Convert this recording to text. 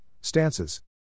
stances